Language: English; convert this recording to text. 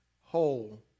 whole